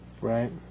Right